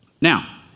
Now